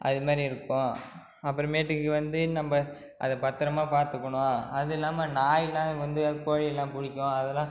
அது மாதிரி இருக்கும் அப்புறமேட்டுக்கு வந்து நம்ம அதை பத்திரமா பார்த்துக்குணும் அது இல்லாமல் நாய்லாம் வந்து கோழியெல்லாம் பிடிக்கும் அதெல்லாம்